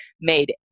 made